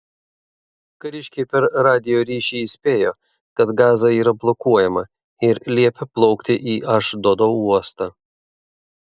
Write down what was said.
kariškiai per radijo ryšį įspėjo kad gaza yra blokuojama ir liepė plaukti į ašdodo uostą